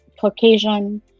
Caucasian